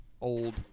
old